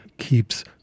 keeps